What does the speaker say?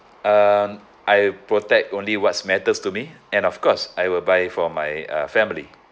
um I protect only what's matters to me and of course I will buy for my uh family